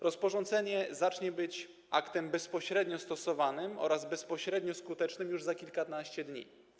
Rozporządzenie zacznie być aktem bezpośrednio stosowanym oraz bezpośrednio skutecznym już za kilkanaście dni.